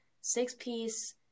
six-piece